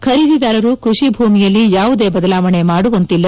ಖರೀದಿದಾರರು ಕೃಷಿ ಭೂಮಿಯಲ್ಲಿ ಯಾವುದೇ ಬದಲಾವಣೆ ಮಾಡುವಂತಿಲ್ಲ